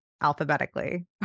alphabetically